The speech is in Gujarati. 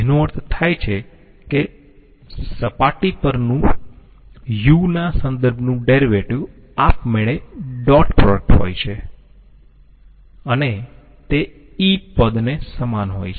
જેનો અર્થ થાય છે કે સપાટી પરનું uના સંદર્ભનું ડેરિવેટિવ આપમેળે ડોટ પ્રોડક્ટ હોય છે અને તે E પદ ને સમાન હોય છે